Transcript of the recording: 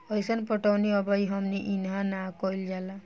अइसन पटौनी अबही हमनी इन्हा ना कइल जाला